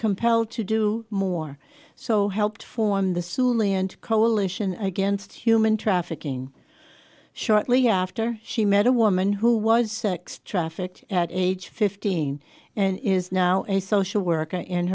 compelled to do more so helped form the souly and coalition against human trafficking shortly after she met a woman who was sex trafficked at age fifteen and is now a social worker in